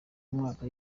umwaka